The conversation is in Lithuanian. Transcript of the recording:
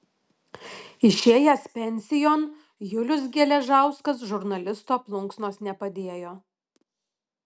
išėjęs pensijon julius geležauskas žurnalisto plunksnos nepadėjo